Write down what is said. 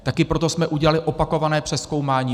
Také proto jsme udělali opakované přezkoumání.